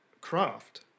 craft